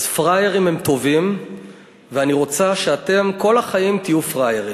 אז פראיירים הם טובים ואני רוצה שאתם כל החיים תהיו פראיירים.